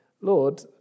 Lord